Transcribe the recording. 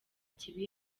kibi